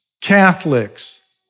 Catholics